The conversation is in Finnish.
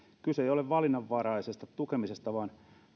ei ole valinnanvaraisesta tukemisesta vaan